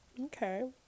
Okay